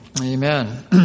Amen